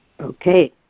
Okay